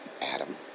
Adam